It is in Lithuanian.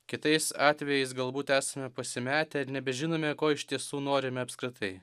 kitais atvejais galbūt esame pasimetę nebežinome ko iš tiesų norime apskritai